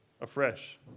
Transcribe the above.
afresh